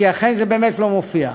כי אכן זה באמת לא מופיע.